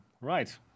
right